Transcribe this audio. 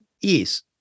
Yes